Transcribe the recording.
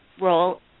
role